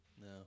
No